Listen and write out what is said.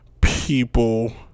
people